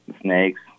Snakes